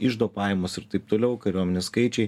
iždo pajamos ir taip toliau kariuomenės skaičiai